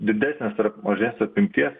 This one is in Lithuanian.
didesnės ar mažes apimties